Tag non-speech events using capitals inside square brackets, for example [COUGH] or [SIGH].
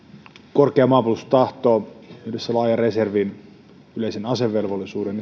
korkea maanpuolustustahto yhdessä laajan reservin yleisen asevelvollisuuden [UNINTELLIGIBLE]